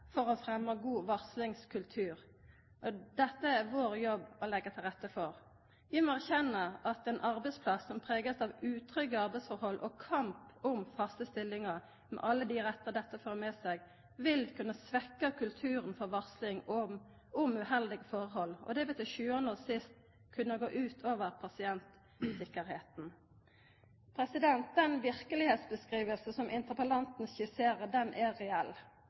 for å fremja ein god varslingskultur. Dette er det vår jobb å leggja til rette for. Vi må erkjenna at ein arbeidsplass som blir prega av utrygge arbeidsforhold og kamp om faste stillingar, med alle dei rettane dette fører med seg, vil kunna svekkja kulturen for varsling om uheldige forhold. Det vil til sjuande og sist kunna gå ut over pasientsikkerheita. Den verkelegheitsbeskrivinga som interpellanten skisserer, er reell.